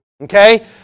okay